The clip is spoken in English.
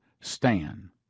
STAN